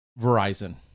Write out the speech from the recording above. Verizon